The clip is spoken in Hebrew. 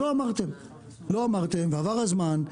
שלא אמרתם, ועבר הזמן,